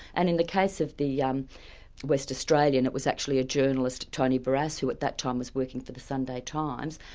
and in the case of the yeah um west australian, it was actually a journalist, tony barrass, who at that time was working for the sunday times,